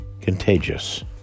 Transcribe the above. contagious